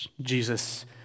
Jesus